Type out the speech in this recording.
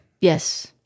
Yes